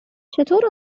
چطور